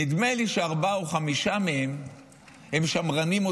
נדמה לי שארבעה או חמישה מהם הם שמרנים,